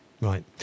right